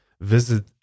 visit